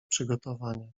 przygotowania